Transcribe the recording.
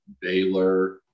Baylor